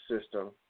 system